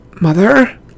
Mother